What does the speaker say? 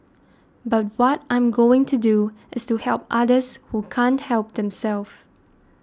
but what I'm going to do is to help others who can't help themselves